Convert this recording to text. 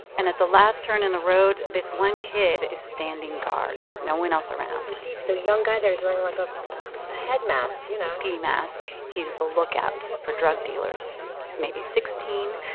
and at the last turn in the road, this one kid is standing guard no one else around the young guy there's wearing, like, a head mask, you know ski mask he's the lookout for drug dealers. he's maybe sixteen.